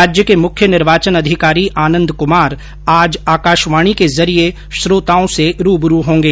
राज्य के मुख्य निर्वाचन अधिकारी आनंद कमार आज आकाशवाणी के जरिये श्रोताओं से रूबरू होंगे